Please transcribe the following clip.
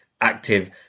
active